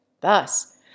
Thus